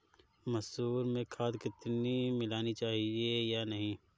मसूर में खाद मिलनी चाहिए या नहीं?